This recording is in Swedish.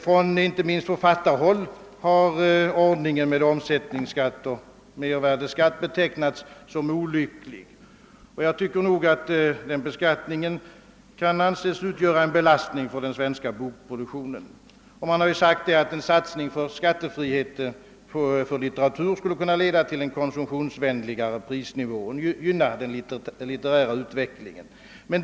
Inte minst från författarhåll har ordningen med omsättningsskatt och mervärdeskatt betecknats som olycklig. Denna beskattning kan enligt min mening anses utgöra en belastning på den svenska bokproduktionen. Man har sagt, att en satsning på skattefrihet för litteratur skulle kunna leda till konsumtionsvänligare prisnivå och gynna den litterära utvecklingen.